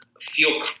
feel